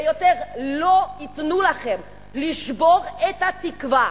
ויותר לא ייתנו לכם לשבור את התקווה